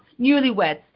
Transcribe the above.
newlyweds